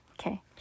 Okay